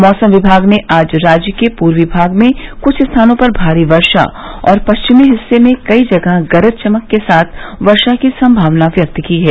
मौसम विभाग ने आज राज्य के पूर्वी भाग में कुछ स्थानों पर भारी वर्षा और पश्चिमी हिस्से में कई जगह है गरज चमक के साथ वर्षा की संभावना व्यक्त की है